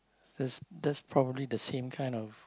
that's that's probably the same kind of